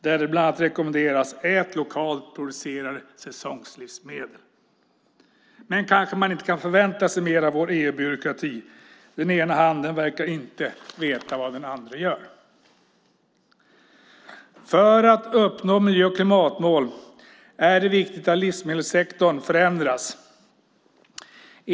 Där rekommenderas bland annat: Ät lokalt producerade säsongslivsmedel. Kanske kan vi inte förvänta oss mer av vår EU-byråkrati. Den ena handen verkar inte veta vad den andra gör. För att uppnå miljö och klimatmål är det viktigt att livsmedelssektorn förändras.